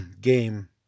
game